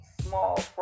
small